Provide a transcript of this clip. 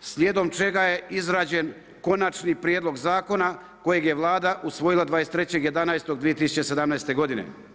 slijedom čega je izrađen konačni prijedlog zakona kojeg je Vlada usvojila 23.11.2017. godine.